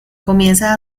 comienza